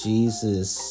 Jesus